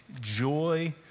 joy